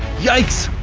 yikes!